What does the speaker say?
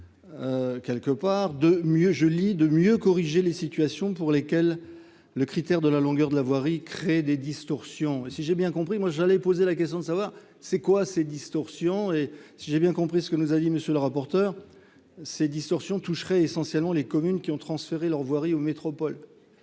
je lis de mieux corriger les situations pour lesquelles le critère de la longueur de la voirie crée des distorsions et si j'ai bien compris moi j'allais poser la question de savoir c'est quoi ces distorsions et si j'ai bien compris ce que nous a dit monsieur le rapporteur, ces distorsions toucherait essentiellement les communes qui ont transféré leur voirie ou métropole